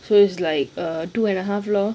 so is like a two and a half lor